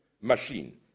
machine